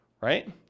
right